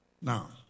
Now